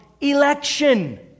election